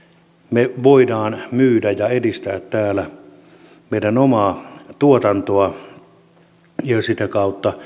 me voimme myydä ja edistää täällä meidän omaa tuotantoamme ja sitä kautta